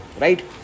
right